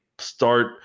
start